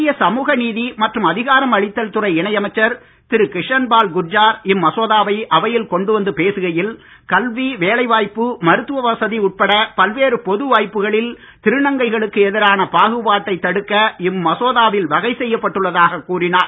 மத்திய சமூக நீதி மற்றும் அதிகாரம் அளித்தல் துறை இணை அமைச்சர் திரு கிஷன்பால் குர்ஜார் இம்மசோதாவை அவையில் கொண்டு வந்து பேசுகையில் கல்வி வேலை வாய்ப்பு மருத்துவ வசதி உட்பட பல்வேறு பொது வாய்ப்புகளில் திருநங்கைகளுக்கு எதிரான பாகுபாட்டை தடுக்க இம்மசோதாவில் வகை செய்யப்பட்டுள்ளதாக கூறினார்